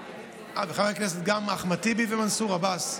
אה, וגם חברי הכנסת אחמד טיבי ומנסור עבאס.